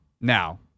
Now